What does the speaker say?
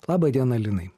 laba diena linai